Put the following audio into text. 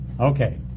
Okay